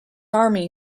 army